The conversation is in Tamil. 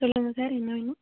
சொல்லுங்கள் சார் என்ன வேணும்